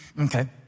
Okay